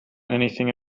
anything